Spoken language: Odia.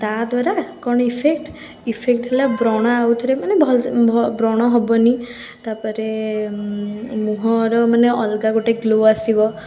ତା' ଦ୍ଵାରା କ'ଣ ଇଫେକ୍ଟ ଇଫେକ୍ଟ ହେଲା ବ୍ରଣ ଆଉଥରେ ମାନେ ବ୍ରଣ ହେବନି ତା'ପରେ ମୁହଁର ମାନେ ଅଲଗା ଗୋଟେ ଗ୍ଲୋ ଆସିବ